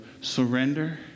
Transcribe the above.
surrender